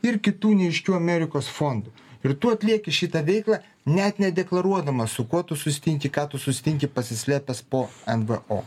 ir kitų neaiškių amerikos fondų ir tu atlieki šitą veiklą net nedeklaruodamas su kuo tu susitinki ką tu susitinki pasislėpęs po en v o